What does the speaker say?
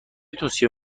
توصیه